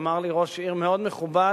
שאמר לי ראש עיר מאוד מכובד: